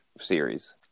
series